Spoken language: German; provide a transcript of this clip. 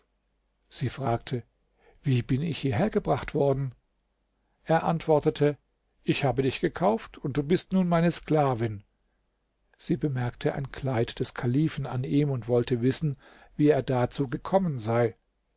sie fragte wie bin ich hierher gebracht worden er antwortete ich habe dich gekauft und du bist nun meine sklavin sie bemerkte ein kleid des kalifen an ihm und wollte wissen wie er dazu gekommen sei